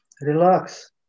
Relax